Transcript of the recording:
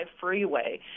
freeway